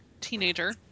teenager